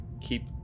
keep